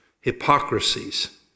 Hypocrisies